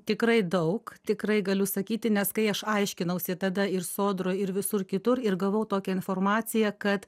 tikrai daug tikrai galiu sakyti nes kai aš aiškinausi tada ir sodroj ir visur kitur ir gavau tokią informaciją kad